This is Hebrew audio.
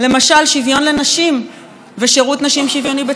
שוויון לנשים ושירות נשים שוויוני בצה"ל וסלל